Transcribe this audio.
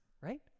right